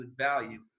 value